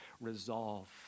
resolve